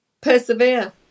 Persevere